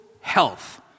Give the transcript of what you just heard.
health